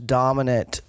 dominant